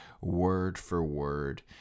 word-for-word